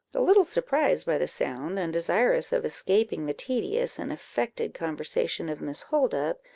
a little surprised by the sound, and desirous of escaping the tedious and affected conversation of miss holdup,